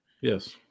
Yes